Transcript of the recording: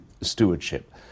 stewardship